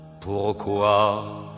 pourquoi